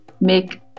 make